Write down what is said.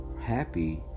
happy